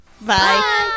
Bye